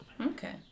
okay